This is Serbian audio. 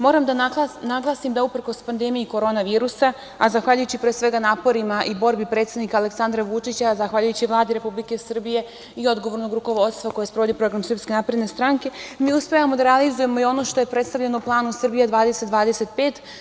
Moram da naglasim da, uprkos pandemiji korona virusa, a zahvaljujući pre svega naporima i borbi predsednika Aleksandra Vučića, zahvaljujući Vladi Republike Srbije i odgovornog rukovodstva koji sprovodi program SNS, mi uspevamo da realizujemo i ono što je predstavljeno Planom Srbija 2020/